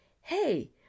hey